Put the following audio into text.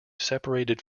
separated